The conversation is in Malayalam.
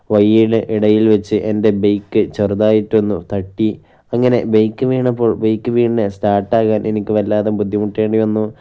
വഴിയുടെ ഇടയിൽ വെച്ച് എൻ്റെ ബൈക്ക് ചെറുതായിട്ടൊന്നു തട്ടി അങ്ങനെ ബൈക്ക് വീണപ്പോൾ ബൈക്ക് വീണത് സ്റ്റാർട്ടാകാൻ എനിക്ക് വല്ലാതെ ബുദ്ധിമുട്ടേണ്ടി വന്നു